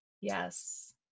Yes